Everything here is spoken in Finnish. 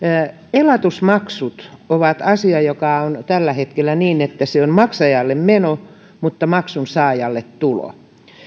elatusmaksut ovat asia joka on tällä hetkellä niin että se on maksajalle meno mutta maksun saajalle tulo